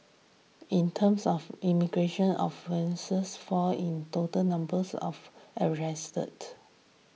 in terms of immigration offences fall in total numbers of arrested